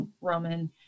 Roman